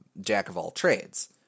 jack-of-all-trades